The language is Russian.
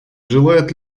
желает